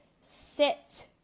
sit